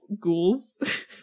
ghouls